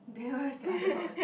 then where's the other one